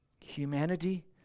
Humanity